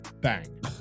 Bang